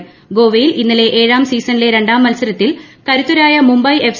ഗ്ശോ്പ്യി്ൽ ഇന്നലെ ഏഴാം സീസണിലെ രണ്ടാം മത്സരത്തിൽ കൃതുത്ത്രായ മുംബൈ എഫ്